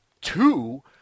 Two